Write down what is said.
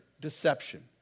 deception